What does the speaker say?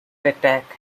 attack